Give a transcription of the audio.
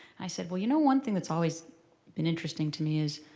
i said, well, you know one thing that's always been interesting to me is,